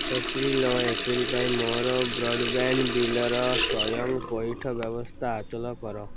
April ଓ April ପାଇଁ ମୋର ବ୍ରଡ଼୍ ବ୍ୟାଣ୍ଡ୍ ବିଲ୍ର ସ୍ଵୟଂ ପଇଠ ବ୍ୟବସ୍ଥା ଅଚଳ କର